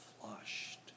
flushed